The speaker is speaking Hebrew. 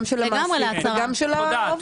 גם של המעסיק וגם של העובד.